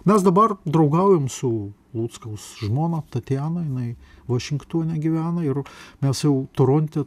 mes dabar draugaujam su luckaus žmona tatjana jinai vašingtone gyvena ir mes jau toronte